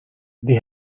they